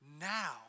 now